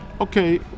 Okay